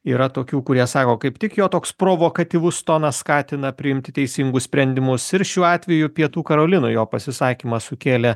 yra tokių kurie sako kaip tik jo toks provokatyvus tonas skatina priimti teisingus sprendimus ir šiuo atveju pietų karolinoje jo pasisakymas sukėlė